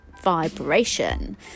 vibration